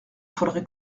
faudrait